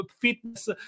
fitness